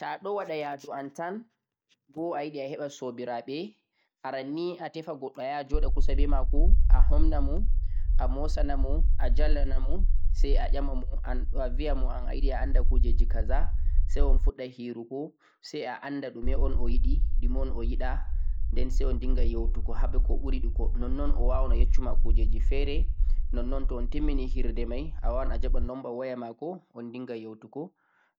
Ta'aɗon waɗa yaàduu antan bo ayiɗe a heɓa sobiraɓe, arannii a tefa goɗɗo a joɗa kusa be mako, a homna mo, a mosanamo, ajalanamo sai a fooɗa hirde har a anda ko oyiɗe, ɗumi on oyiɗa gada ɗoɗɗon awawan a jaɓa lamba matotirgel mako